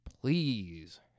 please